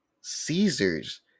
Caesar's